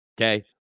Okay